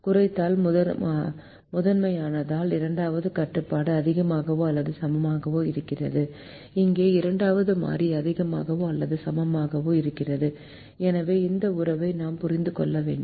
குறைத்தல் முதன்மையானதில் இரண்டாவது கட்டுப்பாடு அதிகமாகவோ அல்லது சமமாகவோ இருக்கிறது இங்கே இரண்டாவது மாறி அதிகமாகவோ அல்லது சமமாகவோ இருக்கிறது எனவே அந்த உறவை நாம் புரிந்து கொள்ள வேண்டும்